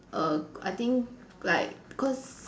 err I think like cause